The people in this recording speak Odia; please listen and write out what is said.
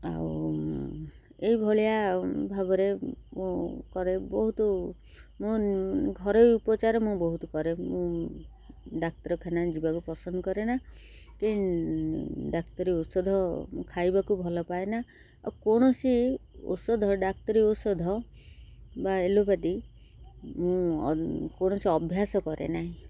ଆଉ ଏଇ ଭଳିଆ ଭାବରେ ମୁଁ କରେ ବହୁତ ମୁଁ ଘରୋଇ ଉପଚାର ମୁଁ ବହୁତ କରେ ମୁଁ ଡାକ୍ତରଖାନା ଯିବାକୁ ପସନ୍ଦ କରେନା କି ଡାକ୍ତରୀ ଔଷଧ ଖାଇବାକୁ ଭଲ ପାଏନା ଆଉ କୌଣସି ଔଷଧ ଡାକ୍ତରୀ ଔଷଧ ବା ଏଲୋପାତି ମୁଁ କୌଣସି ଅଭ୍ୟାସ କରେ ନାହିଁ